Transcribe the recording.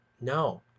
No